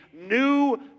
new